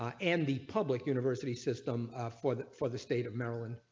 um and the public university system for the for the state of maryland.